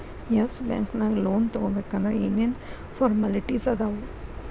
S bank ನ್ಯಾಗ್ ಲೊನ್ ತಗೊಬೇಕಂದ್ರ ಏನೇನ್ ಫಾರ್ಮ್ಯಾಲಿಟಿಸ್ ಅದಾವ?